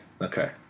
Okay